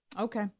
Okay